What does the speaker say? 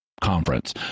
conference